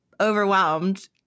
overwhelmed